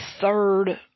third